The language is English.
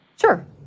Sure